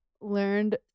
learned